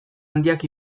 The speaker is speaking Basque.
handiak